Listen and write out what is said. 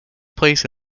place